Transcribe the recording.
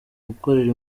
gukorera